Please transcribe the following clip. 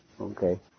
Okay